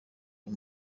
uyu